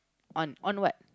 on on what